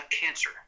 cancer